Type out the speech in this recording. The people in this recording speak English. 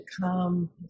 come